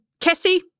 Kessie